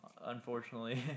Unfortunately